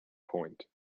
point